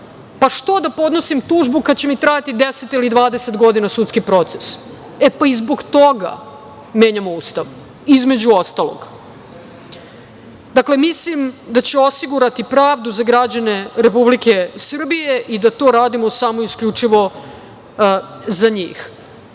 pa što da podnosim tužbu kada će mi trajati 10 ili 20 godina sudski proces. I zbog toga menjamo Ustav. Između ostalog. Dakle, mislim da će osigurati pravdu za građane Republike Srbije i da to radimo samo isključivo za njih.